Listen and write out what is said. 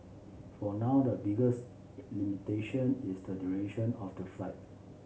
for now the biggest limitation is the duration of the flight